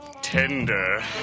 tender